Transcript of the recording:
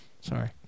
Sorry